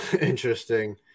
interesting